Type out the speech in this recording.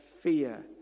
fear